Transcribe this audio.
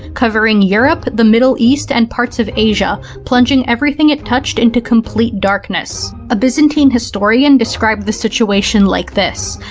covering europe, the middle east, and parts of asia, plunging everything it touched into complete darkness. a byzantine historian described the situation like this.